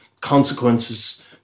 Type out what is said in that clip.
consequences